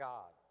God